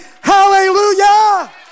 hallelujah